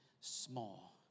small